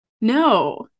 no